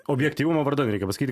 objektyvumo vardan reikia pasakyti